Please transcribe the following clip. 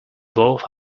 both